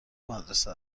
مدرسه